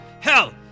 hell